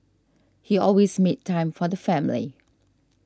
he always made time for the family